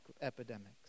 epidemics